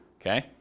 Okay